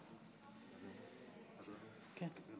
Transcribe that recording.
כבוד